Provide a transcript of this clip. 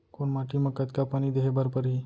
कोन माटी म कतका पानी देहे बर परहि?